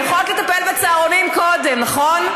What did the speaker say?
יכולתְ לטפל בצהרונים קודם, נכון?